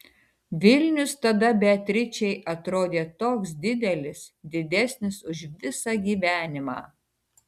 vilnius tada beatričei atrodė toks didelis didesnis už visą gyvenimą